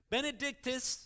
Benedictus